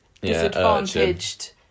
disadvantaged